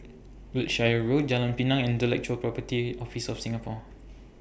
Wiltshire Road Jalan Pinang and Intellectual Property Office of Singapore